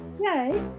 Yay